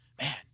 man